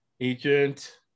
Agent